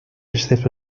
excepto